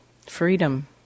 freedom